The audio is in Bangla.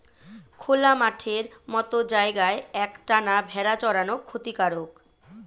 খোলা মাঠের মত জায়গায় এক টানা ভেড়া চরানো ক্ষতিকারক